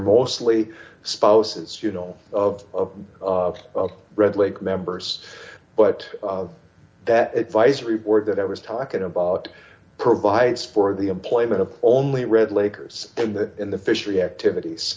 mostly spouses you know of red lake members but that advisory board that i was talking about provides for the employment of only red lakers and that in the fishery activities